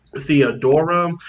Theodora